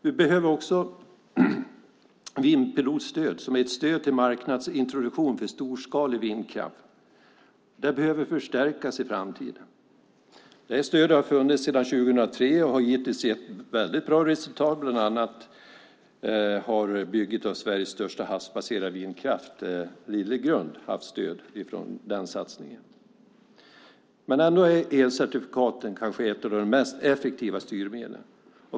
Vidare behöver vi vindpilotstödet, som är ett stöd till marknadsintroduktion av storskalig vindkraft; det behöver förstärkas i framtiden. Ett sådant stöd har funnits sedan 2003, och det har hittills gett mycket bra resultat. Bland annat har byggandet av Sveriges största havsbaserade vindkraftspark Lillgrund fått stöd genom den satsningen. Ett av de mest effektiva styrmedlen är trots allt elcertifikaten.